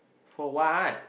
for what